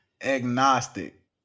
Agnostic